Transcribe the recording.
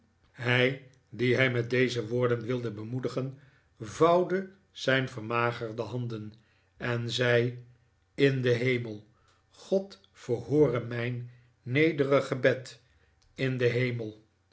hij dien hij met deze woorden wilde bemoedigen vouwde zijn vermagerde handen en zei in den hemel god verhoore mijn nederige gebed in den hemel